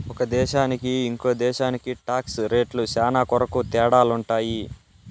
ఒక దేశానికి ఇంకో దేశానికి టాక్స్ రేట్లు శ్యానా కొరకు తేడాలుంటాయి